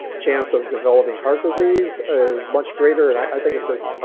chance of developing heart disease is much greater. and i think it's just. ah